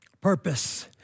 Purpose